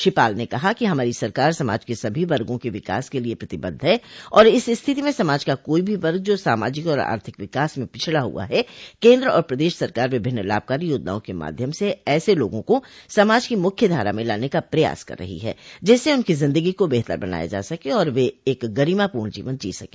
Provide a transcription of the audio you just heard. श्री पाल ने कहा कि हमारी सरकार समाज क सभी वर्गो के विकास के लिये प्रतिबद्ध है और इस स्थिति में समाज का कोई भी वर्ग जो सामाजिक और आर्थिक विकास में पिछड़ा हुआ है केन्द्र और प्रदेश सरकार विभिन्न लाभकारी योजनाओं के माध्यम से ऐसे लोगों को समाज के मुख्यधारा में लाने का प्रयास कर रही है जिससे उनकी जिन्दगी को बेहतर बनाया जा सके और वे एक गरिमापूर्ण जीवन जी सके